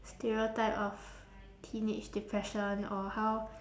stereotype of teenage depression or how